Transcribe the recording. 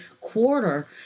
quarter